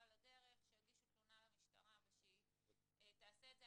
אז שיגישו תלונה למשטרה והיא תעשה זאת.